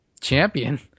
champion